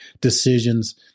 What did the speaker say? decisions